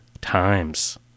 times